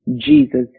Jesus